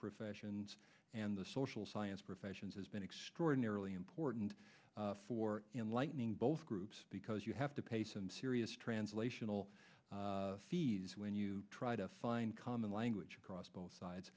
professions and the social science professions has been extraordinarily important for in lightning both groups because you have to pay some serious translational fees when you try to find common language across both sides